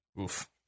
Oof